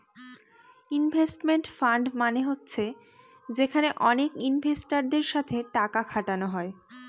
investment fund মানে হচ্ছে যেখানে অনেক ইনভেস্টারদের সাথে টাকা খাটানো হয়